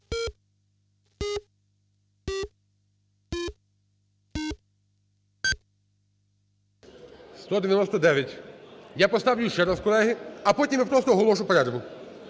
За-199 Я поставлю ще раз, колеги, а потім я просто оголошу перерву.